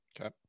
Okay